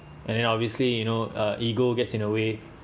and then obviously you know uh ego gets in a way